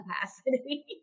capacity